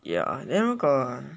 ya then 如果